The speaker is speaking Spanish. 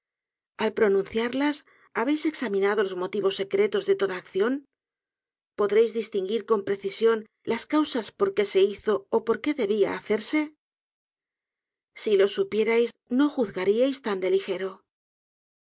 al pronunciarlas habéis examinado los motivos secretos de toda acción podréis distinguir con precisión las causas por qué se hizo y por qué debia hacerse si ló supierais no juzgaríais tan de ligero